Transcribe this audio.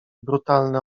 brutalny